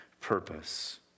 purpose